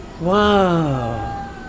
wow